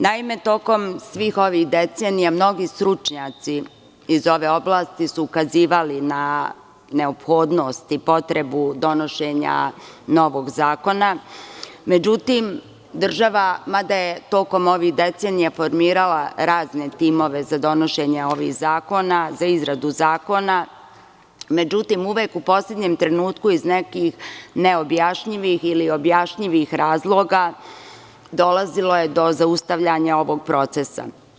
Naime, tokom svih ovih decenija, mnogi stručnjaci iz ove oblasti su ukazivali na neophodnost i potrebu donošenja novog zakona, međutim država, mada je tokom ovih decenija formirala razne timove za donošenje ovih zakona za izradu zakona, uvek u poslednjem trenutku iz nekih neobjašnjivih ili objašnjivih razloga dolazilo je do zaustavljanja ovog procesa.